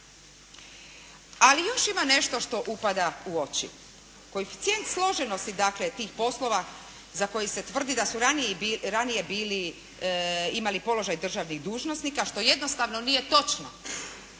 Ali još ima nešto što upada u oči. Koeficijent složenosti dakle tih poslova za koji se tvrdi da su ranije bili, imali položaj državnih dužnosnika što jednostavno nije točno,